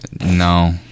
no